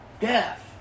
death